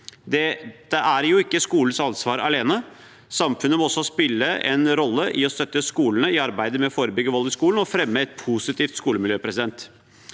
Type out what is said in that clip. Dette er ikke skolenes ansvar alene; samfunnet må også spille en rolle i å støtte skolene i arbeidet med å forebygge vold i skolen og fremme et positivt skolemiljø. Det